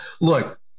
look